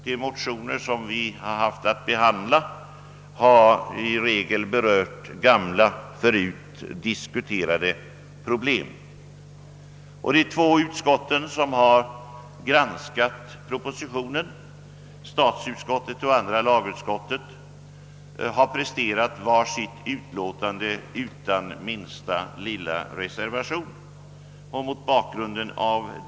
De motioner vi haft att behandla har berört gamla och förut diskuterade problem. De två utskott som har behandlat propositionen, statsutskottet och andra lagutskottet, har presterat var sitt utlåtande utan att någon reservation anförts.